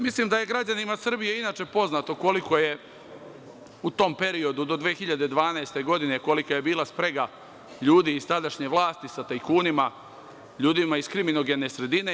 Mislim da je građanima Srbije inače poznato u tom periodu do 2012. godine kolika je bila sprega ljudi iz tadašnje vlasti sa tajkunima, ljudima iz kriminogene sredine.